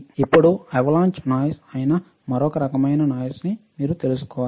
ఇప్పుడు మీ avalanche noise అయిన మరో రకమైన నాయిస్న్ మీరు తెలుసుకోవాలి